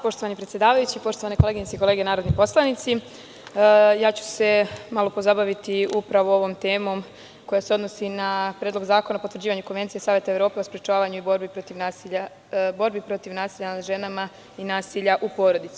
Poštovani predsedavajući, poštovane koleginice i kolege narodni poslanici, malo ću se pozabaviti upravo ovom temom koja se odnosi na Predlog zakona o potvrđivanju Konvencije Saveta Evrope o sprečavanju i borbi protiv nasilja nad ženama i nasilja u porodici.